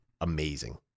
Amazing